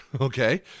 okay